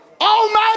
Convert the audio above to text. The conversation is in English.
Almighty